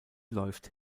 läuft